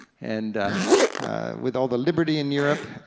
and with all the liberty in europe,